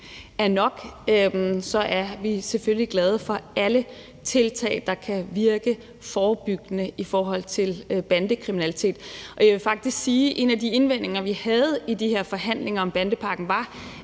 er nok, er vi selvfølgelig glade for alle tiltag, der kan virke forebyggende i forhold til bandekriminalitet. Jeg vil faktisk sige: En af de indvendinger, vi havde i de her forhandlinger om bandepakken, var,